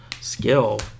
skill